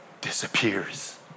disappears